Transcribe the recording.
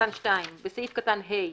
(2)בסעיף קטן (ה),